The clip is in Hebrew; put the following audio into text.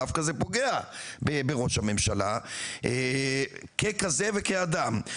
דווקא זה פוגע בראש הממשלה כזה וכאדם.